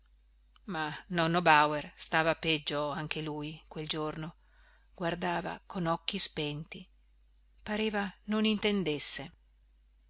va ma nonno bauer stava peggio anche lui quel giorno guardava con occhi spenti pareva non intendesse